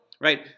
right